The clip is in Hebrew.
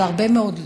אבל הרבה מאוד לא.